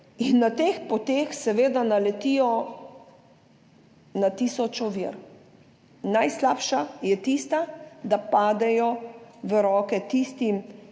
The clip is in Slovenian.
in na teh poteh seveda naletijo na tisoč ovir. Najslabša je tista, da padejo v roke tistim,